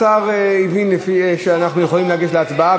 השר הבין שאנחנו יכולים לגשת לצבעה,